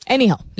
Anyhow